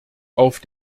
auf